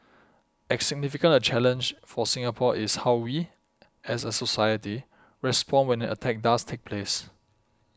as significant a challenge for Singapore is how we as a society respond when an attack does take place